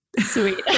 Sweet